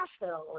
Nashville